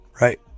right